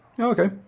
Okay